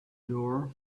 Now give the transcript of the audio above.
door